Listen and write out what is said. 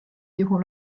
juhul